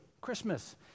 Christmas